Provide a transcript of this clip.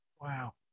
Wow